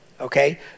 Okay